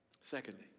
Secondly